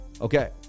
Okay